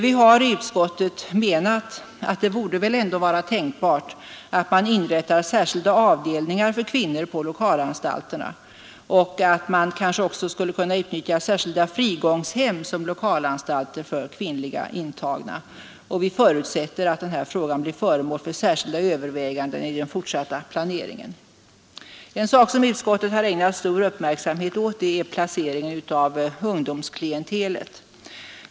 Vi har i utskottet menat, att det väl ändå borde vara tänkbart att man inrättar särskilda avdelningar för kvinnor på lokalanstalterna och att man kanske också skulle kunna utnyttja särskilda frigångshem som lokalanstalter för kvinnliga intagna. Vi förutsätter att denna fråga blir föremål för särskilda överväganden i den fortsatta planeringen. En sak som utskottet ägnat stor uppmärksamhet är placeringen av ungdomsklientelet.